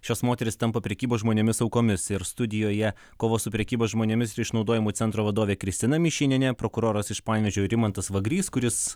šios moterys tampa prekybos žmonėmis aukomis ir studijoje kovos su prekyba žmonėmis ir išnaudojimu centro vadovė kristina mišinienė prokuroras iš panevėžio rimantas vagrys kuris